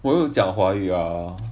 我有讲华语啊